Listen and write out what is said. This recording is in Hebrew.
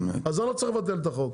אז אני לא צריך לבטל את החוק,